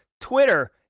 Twitter